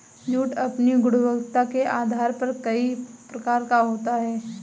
jute अपनी गुणवत्ता के आधार पर कई प्रकार का होता है